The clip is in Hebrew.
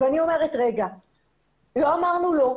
לא אמרנו לא.